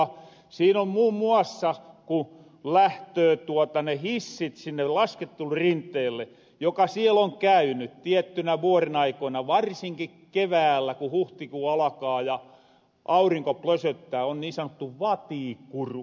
siin on muun muassa ku lähtöö ne hissit sinne laskettelurinteelle joka siel on käyny tiettyinä vuorenaikoina varsinki keväällä ku huhtikuu alakaa ja aurinko plösöttää niin sanottu vatikuru